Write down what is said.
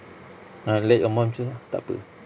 ah let your mum choose lah takpe